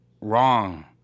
Wrong